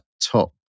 top